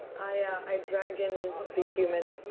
i drag in the human,